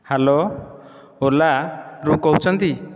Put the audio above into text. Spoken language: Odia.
ହ୍ୟାଲୋ ଓଲାରୁ କହୁଛନ୍ତି